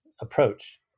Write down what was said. approach